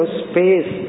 space